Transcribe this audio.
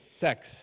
Sex